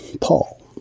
Paul